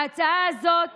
ההצעה הזאת